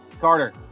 Carter